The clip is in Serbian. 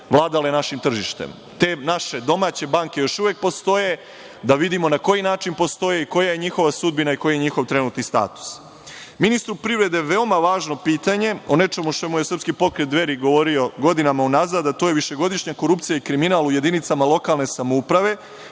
vladale našim tržištem. Te naše domaće banke još uvek postoje, da vidimo na koji način postoje, koja je njihova sudbina i njihov trenutni status. Ministru privrede veoma važno pitanje o nečemu o čemu je Srpski pokret Dveri govorio godinama unazad, a to je višegodišnja korupcija i kriminal u jedinicama lokalne samouprave